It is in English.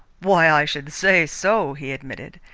why, i should say so, he admitted,